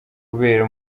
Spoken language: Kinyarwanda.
kubera